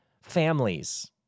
Families